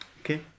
Okay